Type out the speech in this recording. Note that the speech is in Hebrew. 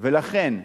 ולכן,